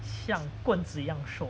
像棍子一样瘦